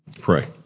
Pray